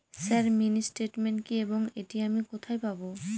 Sir mini statement কি এবং এটি আমি কোথায় পাবো?